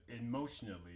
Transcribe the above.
emotionally